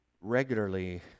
regularly